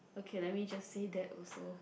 okay let me just say that also